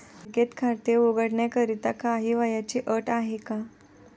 बँकेत खाते उघडण्याकरिता काही वयाची अट आहे का?